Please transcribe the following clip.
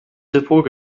depot